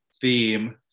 theme